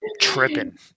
tripping